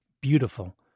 beautiful